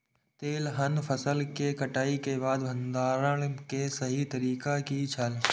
तेलहन फसल के कटाई के बाद भंडारण के सही तरीका की छल?